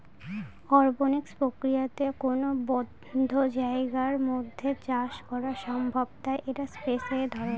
অরপনিক্স প্রক্রিয়াতে কোনো বদ্ধ জায়গার মধ্যে চাষ করা সম্ভব তাই এটা স্পেস এ করে